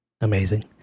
Amazing